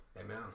Amen